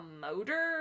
motor